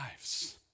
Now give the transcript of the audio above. lives